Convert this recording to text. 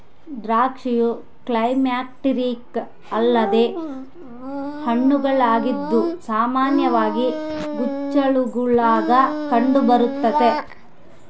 ದ್ರಾಕ್ಷಿಯು ಕ್ಲೈಮ್ಯಾಕ್ಟೀರಿಕ್ ಅಲ್ಲದ ಹಣ್ಣುಗಳಾಗಿದ್ದು ಸಾಮಾನ್ಯವಾಗಿ ಗೊಂಚಲುಗುಳಾಗ ಕಂಡುಬರ್ತತೆ